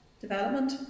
development